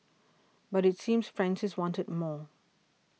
but it seems Francis wanted more